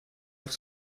auf